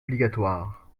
obligatoires